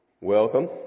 Welcome